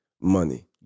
money